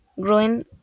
growing